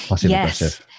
Yes